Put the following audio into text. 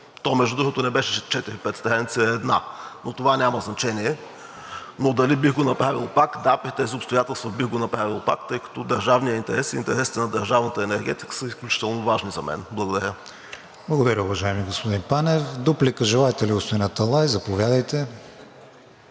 То, между другото, не беше четири-пет страници, а една, но това няма значение. Дали бих го направил пак? Да, при тези обстоятелства бих го направил пак, тъй като държавният интерес – интересите на държавната енергетика, са изключително важни за мен. Благодаря. ПРЕДСЕДАТЕЛ КРИСТИАН ВИГЕНИН: Благодаря, уважаеми господин Панев. Дуплика желаете ли, господин Аталай? Заповядайте.